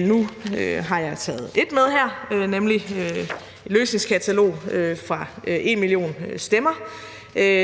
Nu har jeg taget et katalog med her, nemlig et løsningskatalog fra #enmillionstemmer,